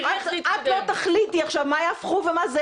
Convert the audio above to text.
את לא תחליטי עכשיו מה יהפכו ומה לא.